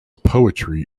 poetry